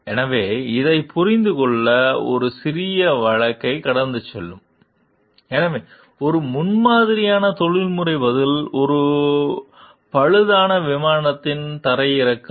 எனவே இதைப் புரிந்துகொள்ள ஒரு சிறிய வழக்கைக் கடந்து செல்லும் எனவே ஒரு முன்மாதிரியான தொழில்முறை பதில் ஒரு பழுதான விமானத்தின் தரையிறக்கம்